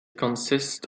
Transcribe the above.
consists